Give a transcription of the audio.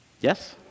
Yes